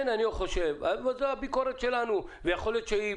זו הביקורת שלנו ויכול להיות שהיא